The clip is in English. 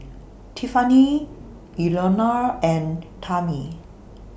Tiffanie Elnora and Tami